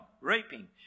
reaping